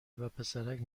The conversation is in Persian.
وپسرک